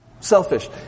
selfish